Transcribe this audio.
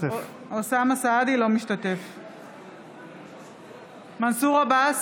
אינו משתתף בהצבעה מנסור עבאס,